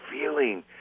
feeling